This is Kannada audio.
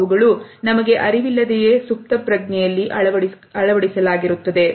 ಅವುಗಳು ನಮಗೆ ಅರಿವಿಲ್ಲದೆಯೇ ಸುಪ್ತಪ್ರಜ್ಞೆಯಲ್ಲಿ ಅಳವಡಿಸಲಾಗಿದೆ